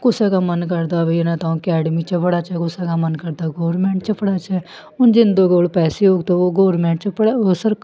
कुसै दा मन करदा भई इनें तां अकैडमी च पढ़ाचै कुसै दा मन करदा गौरमैंट च पढ़ाचै हून जिं'दे कोल पैसे होग ते ओह् गौरमेंट च पढ़ स